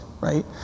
Right